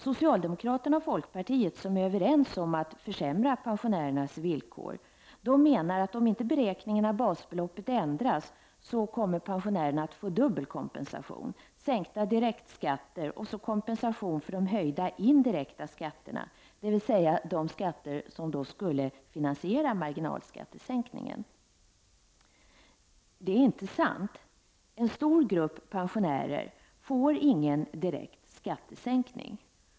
Socialdemokraterna och folkpartiet, som är överens om att försämra pensionärernas villkor, menar att om inte beräkningen av basbeloppet ändras kommer pensionärerna att få dubbel kompensation — sänkta direkta skatter och kompensation för höjningen av de indirekta skatterna, dvs. de skatter som skulle finansiera marginalskattesänkningen. Det är inte sant. En stor grupp pensionärer får ingen direkt skattesänkning.